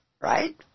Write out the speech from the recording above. right